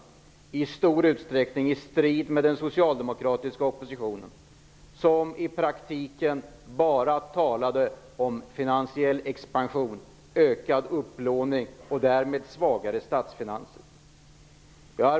Det har i stor utsträckning skett i strid med den socialdemokratiska oppositionen, som i praktiken bara talade om finansiell expansion, ökad upplåning och därmed svagare statsfinanser.